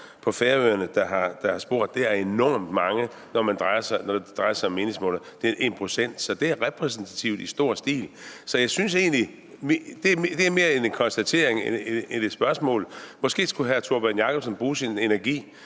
på Færøerne, der er blevet spurgt. Det er enormt mange, når det drejer sig om meningsmålinger. Det er 1 pct., så det er repræsentativt i stor stil. Det er mere en konstatering end et spørgsmål. Måske skulle hr. Tórbjørn Jacobsen bruge sin energi